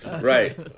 Right